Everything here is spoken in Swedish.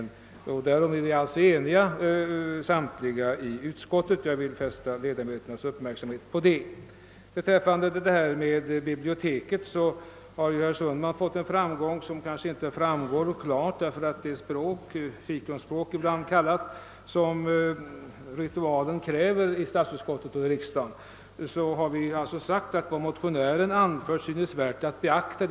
Jag vill fästa ledamöternas uppmärksamhet på att samtliga i utskottet är överens på den punkten. Beträffande = biblioteksverksamheten har herr Sundman vunnit en framgång, som kanske inte syns klart, eftersom vi på det språk — ibland kallat fikonspråk — som ritualen kräver i statsutskottet och riksdagen har sagt att vad motionärerna anfört synes värt att beakta.